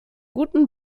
guten